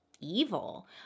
evil